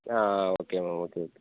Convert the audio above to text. ah ah okay madam okay okay